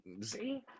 See